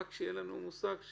הוא לא יכול להעביר את המכסה כי